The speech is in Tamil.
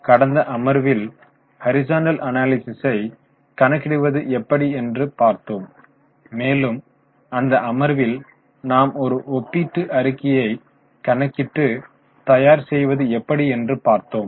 கடந்த அமர்வில் ஹரிசான்டல் அனாலிசிஸை கணக்கிடுவது எப்படி என்று பார்த்தோம் மேலும் அந்த அமர்வில் நாம் ஒரு ஒப்பீட்டு அறிக்கையை கணக்கிட்டு தயார் செய்வது எப்படி என்று பார்த்தோம்